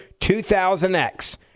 2000X